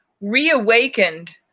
reawakened